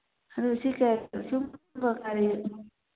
ꯑꯗꯨ ꯁꯤ ꯀꯌꯥ